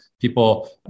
people